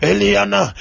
Eliana